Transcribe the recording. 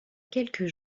quelques